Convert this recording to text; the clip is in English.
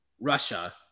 Russia